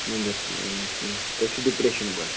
number چھُنہٕ یِوان کیٚنٛہہ تۄہہِ چھُو ڈِپرٛیشَن بَڈٕ